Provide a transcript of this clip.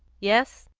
yes,